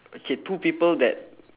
okay two people that